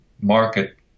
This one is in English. market